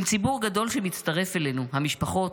עם ציבור גדול שמצטרף אלינו, המשפחות,